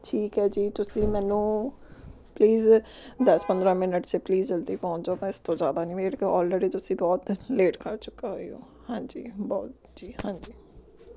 ਠੀਕ ਹੈ ਜੀ ਤੁਸੀਂ ਮੈਨੂੰ ਪਲੀਜ਼ ਦਸ ਪੰਦਰਾਂ ਮਿੰਨਟ 'ਚ ਪਲੀਜ਼ ਜਲਦੀ ਪਹੁੰਚ ਜਾਓ ਮੈਂ ਇਸ ਤੋਂ ਜ਼ਿਆਦਾ ਨਹੀਂ ਵੇਟ ਕੀ ਔਲਰੇਡੀ ਤੁਸੀਂ ਬਹੁਤ ਲੇਟ ਕਰ ਚੁੱਕਾ ਹੋਏਗਾ ਹਾਂਜੀ ਬਹੁਤ ਜੀ ਹਾਂਜੀ